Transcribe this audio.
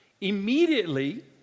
immediately